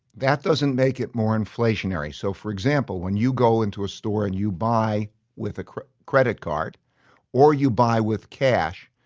that doesn't make it more inflationary. so for example, when you go into a store and you buy with a credit card or you buy with cash,